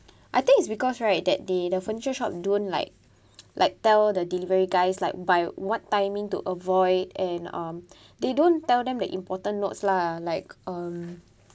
I think because right that day the furniture shop don't like like tell the delivery guys like by what timing to avoid and um they don't tell them the important notes lah like um